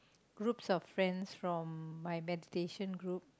groups of friends from my meditation group